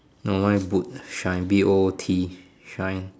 no mine boot shine B O O T shine